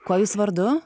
kuo jūs vardu